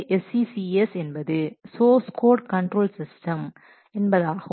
1 SCCS என்பது source code control system என்பதாகும்